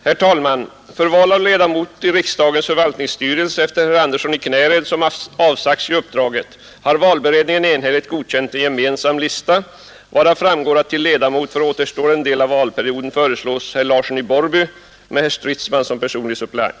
Herr talman! För val av ledamot i riksdagens förvaltningsstyrelse efter herr Andersson i Knäred, som avsagt sig uppdraget, har valberedningen enhälligt godkänt en gemensam lista, varav framgår att till ledamot för återstående del av valperioden föreslås herr Larsson i Borrby med herr Stridsman som personlig suppleant.